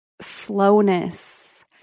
slowness